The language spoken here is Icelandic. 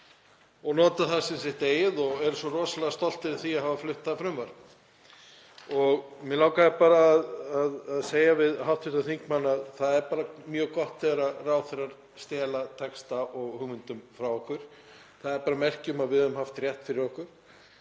og nota það sem sitt eigið og eru svo rosalega stolt yfir því að hafa flutt það frumvarp. Mig langaði bara að segja við hv. þingmann að það er mjög gott þegar ráðherrar stela texta og hugmyndum frá okkur, það er merki um að við höfum haft rétt fyrir okkur.